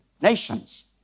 nations